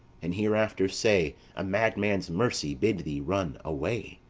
and hereafter say a madman's mercy bid thee run away.